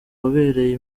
wabereye